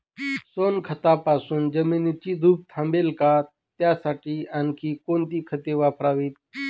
सोनखतापासून जमिनीची धूप थांबेल का? त्यासाठी आणखी कोणती खते वापरावीत?